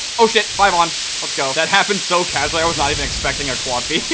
oh shit, five on let's go that happened. so casually i was not even expecting a quad pea.